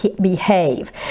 behave